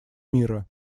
мира